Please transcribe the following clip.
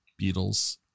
Beatles